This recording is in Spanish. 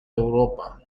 europa